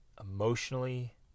emotionally